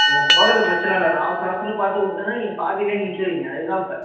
நீங்கள் போகிறது பிரச்சனை இல்லை நான் அவசரம் அவசரம்னு பார்த்து கொடுத்தேன்னா நீங்கள் பாதியிலே நின்றுடுவீங்க அதுதான் இப்போ